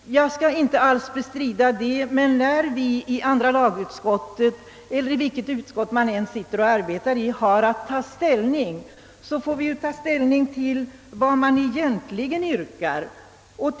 Jag skall inte alls bestrida detta, men när vi i andra lagutskottet — och det gäller vilket utskott man än arbetar i — skall skrida till beslut får vi ta ställning till vad remissinstanserna i själva verket yrkar.